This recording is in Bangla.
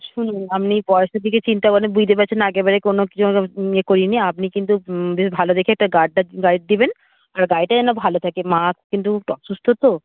শুনুন আপনি পয়সার দিকে চিন্তা বুঝতে পারছেন না আগের বারে কোনো ইয়ে করি নি আপনি কিন্তু বেশ ভালো দেখে একটা গাইড দিবেন আর গাড়িটা যেন ভালো থাকে মা কিন্তু অসুস্থ তো